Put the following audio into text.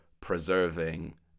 preserving